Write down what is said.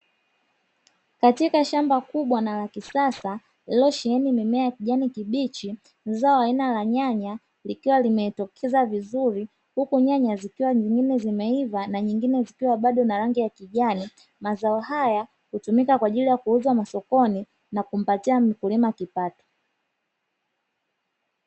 Katika shamba kubwa na la kisasa lililosheheni mimea ya kijani kibichi, zao aina la nyanya likiwa limetokeza vizuri huku nyanya zikiwa nyingine zimeiva na nyingine zikiwa bado na rangi ya kijani; mazao haya hutumika kwa ajili ya kuuzwa sokoni na kumpatia mkulima kipato.